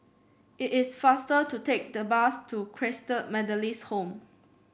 it is faster to take the bus to Christalite Methodist Home